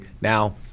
now